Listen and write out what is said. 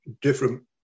different